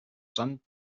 sand